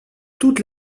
toutes